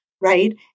right